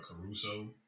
Caruso